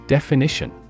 Definition